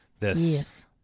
Yes